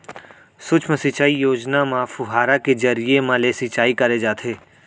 सुक्ष्म सिंचई योजना म फुहारा के जरिए म ले सिंचई करे जाथे